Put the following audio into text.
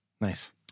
Nice